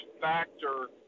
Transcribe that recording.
factor